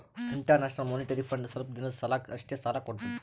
international Monetary Fund ಸ್ವಲ್ಪ್ ದಿನದ್ ಸಲಾಕ್ ಅಷ್ಟೇ ಸಾಲಾ ಕೊಡ್ತದ್